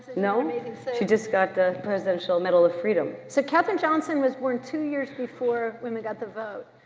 no? she just got the presidential medal of freedom. see, katherine johnson was born two years before women got the vote.